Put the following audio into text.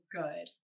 good